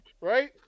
Right